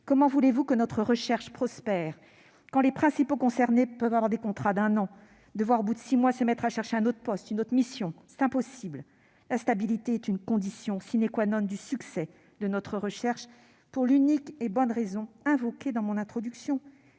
comment voulez-vous que notre recherche prospère quand les principaux concernés ont des contrats d'un an et doivent, au bout de six mois, se mettre à chercher un autre poste, une autre mission ? C'est impossible ! La stabilité est une condition du succès de notre recherche, pour l'unique et bonne raison invoquée dans mon introduction